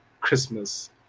Christmas